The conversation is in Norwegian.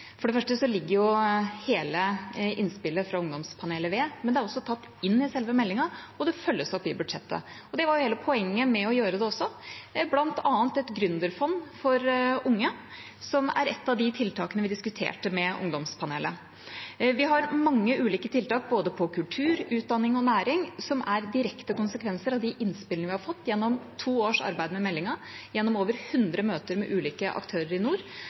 For det første ligger hele innspillet fra ungdomspanelet ved, men det er også tatt inn i selve meldinga, og det følges opp i budsjettet. Det var hele poenget med å gjøre det også – bl.a. et gründerfond for unge, som er et av de tiltakene vi diskuterte med ungdomspanelet. Vi har mange ulike tiltak, innen både kultur, utdanning og næring, som er direkte konsekvenser av de innspillene vi har fått gjennom to års arbeid med meldinga, gjennom over hundre møter med ulike aktører i nord.